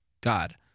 God